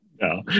no